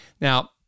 Now